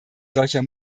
solcher